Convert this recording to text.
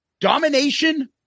Domination